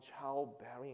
childbearing